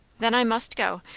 then i must go.